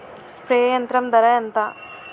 Spray యంత్రం ధర ఏంతా?